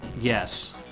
Yes